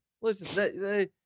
Listen